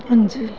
ਹਾਂਜੀ